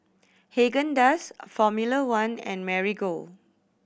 Haagen Dazs Formula One and Marigold